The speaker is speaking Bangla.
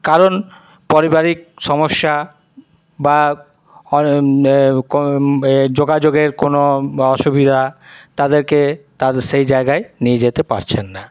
কারণ পারিবারিক সমস্যা বা যোগাযোগের কোনো অসুবিধা তাদেরকে সেই জায়গায় নিয়ে যেতে পারছেন না